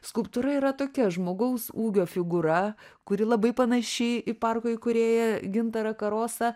skulptūra yra tokia žmogaus ūgio figūra kuri labai panaši į parko įkūrėją gintarą karosą